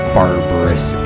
barbarous